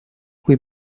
cui